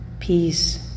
Peace